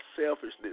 selfishness